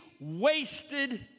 wasted